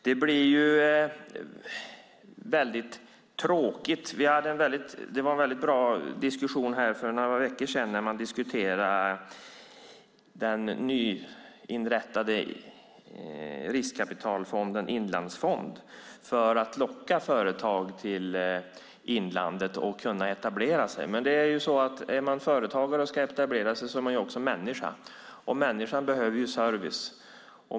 Det var en mycket bra diskussion i riksdagen för några veckor sedan när man diskuterade den nyinrättade riskkapitalfonden Inlandsfonden för att locka företag att etablera sig i inlandet. Men är man företagare och ska etablera sig är man samtidigt också människa, och människan behöver service.